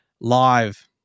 live